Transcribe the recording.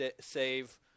save